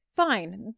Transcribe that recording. fine